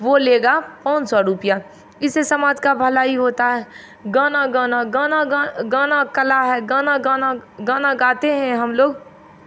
वो लेगा पाँच सौ रुपैया इससे समाज का भलाई होता है गाना गाना गाना गाना कला है गाना गाना गाना गाते हैं हम लोग